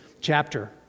chapter